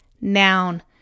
Noun